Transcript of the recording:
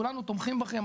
כולנו תומכים בכם,